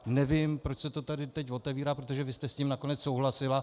Nevím, proč se to tady teď otevírá, protože vy jste s tím nakonec souhlasila.